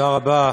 תודה רבה,